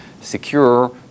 secure